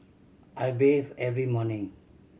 I bathe every morning